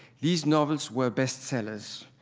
these novels were bestsellers.